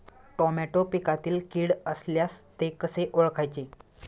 Tomato पिकातील कीड असल्यास ते कसे ओळखायचे?